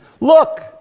look